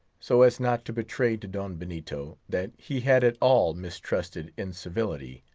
so as not to betray to don benito that he had at all mistrusted incivility,